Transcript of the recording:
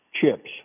chips